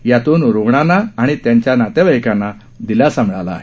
यातून रुग्णांना आणि त्यांच्या नातेवाईकांना दिलासा मिळाला आहे